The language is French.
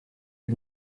une